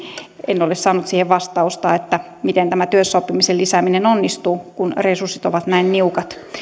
en ole saanut tähän vastausta miten tämä työssäoppimisen lisääminen onnistuu kun resurssit ovat näin niukat